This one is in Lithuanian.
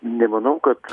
nemanau kad